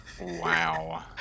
Wow